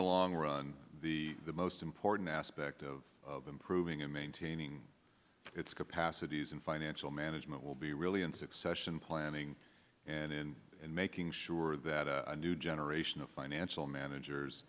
the long run the most important aspect of improving and maintaining its capacities in financial management will be really in succession planning and in making sure that a new generation of financial managers